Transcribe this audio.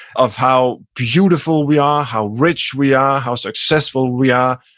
of how beautiful we are, how rich we are, how successful we are,